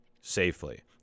safely